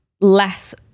less